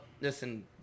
Listen